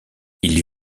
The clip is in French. ils